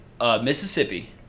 Mississippi